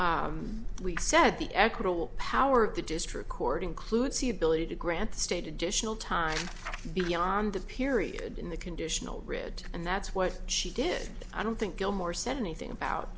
week said the equitable power of the district court includes the ability to grant state additional time beyond the period in the conditional writ and that's what she did i don't think gilmore said anything about